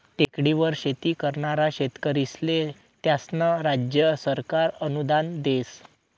टेकडीवर शेती करनारा शेतकरीस्ले त्यास्नं राज्य सरकार अनुदान देस